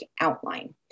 outline